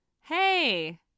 hey